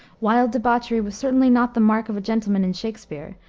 wild debauchery was certainly not the mark of a gentleman in shakspere,